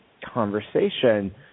conversation